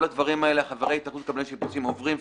כל הדברים האלה חברי התאגדות קבלני שיפוצים עוברים.